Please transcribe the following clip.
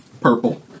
Purple